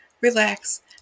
relax